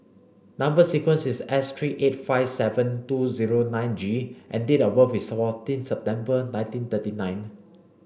number sequence is S three eight five seven two zero nine G and date of birth is fourteen September nineteen thirty nine